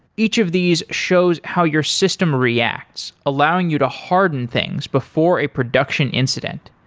each of these shows how your system reacts allowing you to harden things before a production incident.